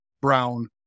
Brown